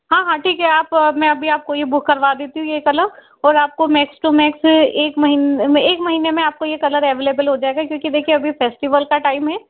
हाँ हाँ ठीक है आप में अभी आपको ये बुक करवा देती हूँ ये कलर और आपको मेक्स टू मेक्स एक महीने एक महीने में आपको ये कलर अवैलेबल हो जाएगा क्योंकि देखिये अभी फेस्टिवल का टाइम है